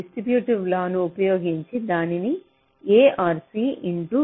distribute law ను ఉపయోగించి దీనిని a or c into b or c గా వ్రాయవచ్చు